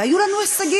והיו לנו הישגים,